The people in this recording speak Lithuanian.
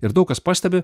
ir daug kas pastebi